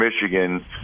Michigan